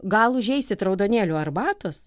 gal užeisit raudonėlių arbatos